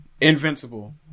invincible